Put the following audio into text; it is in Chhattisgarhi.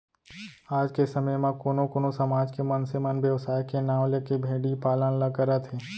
आज के समे म कोनो कोनो समाज के मनसे मन बेवसाय के नांव लेके भेड़ी पालन ल करत हें